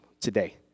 today